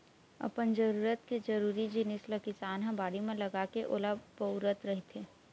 अपन जरूरत के जरुरी जिनिस ल किसान ह बाड़ी म लगाके ओला बउरत रहिथे